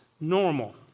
normal